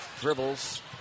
Dribbles